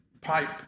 pipe